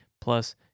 plus